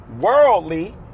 worldly